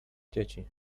dzieci